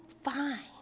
fine